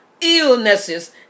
illnesses